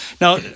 Now